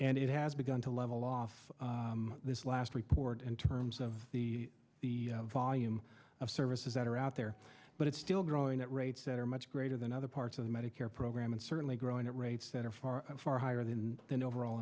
and it has begun to level off this last report in terms of the volume of services that are out there but it's still growing at rates that are much greater than other parts of the medicare program and certainly growing at rates that are far far higher than the overall